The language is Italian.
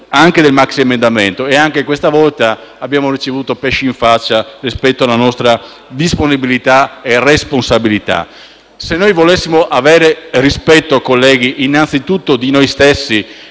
anche del maxiemendamento. Anche questa volta abbiamo ricevuto "pesci in faccia" rispetto alla nostra disponibilità e responsabilità. Se volessimo avere rispetto innanzi tutto di noi stessi,